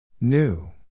New